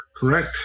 correct